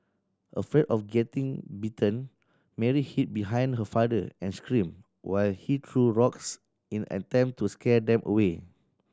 afraid of getting bitten Mary hid behind her father and screamed while he threw rocks in attempt to scare them away